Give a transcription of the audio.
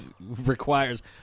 requires